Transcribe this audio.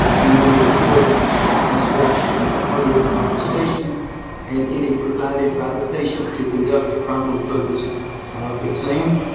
you wanna record aspects of the audio conversation and any provided by the patient to conduct a problem-focused exam.